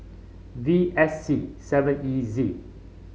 V S C seven E Z